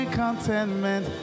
contentment